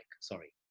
Sorry